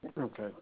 Okay